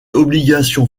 obligation